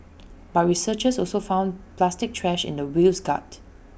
but researchers also found plastic trash in the whale's gut